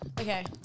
Okay